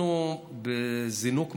אנחנו בזינוק ממשי.